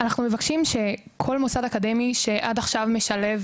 מבקשים שכל מוסד אקדמי שעד עכשיו משלב